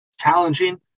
challenging